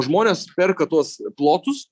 žmonės perka tuos plotus